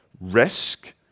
risk